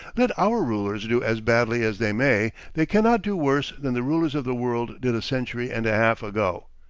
let our rulers do as badly as they may, they cannot do worse than the rulers of the world did a century and a half ago.